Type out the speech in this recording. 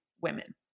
women